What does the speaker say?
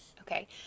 Okay